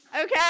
Okay